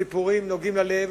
סיפורים נוגעים ללב,